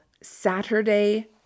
Saturday